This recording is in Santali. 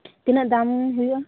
ᱛᱤᱱᱟᱹᱜ ᱫᱟᱢ ᱦᱩᱭᱩᱜ ᱟ